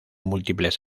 múltiples